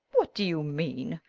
what do you mean?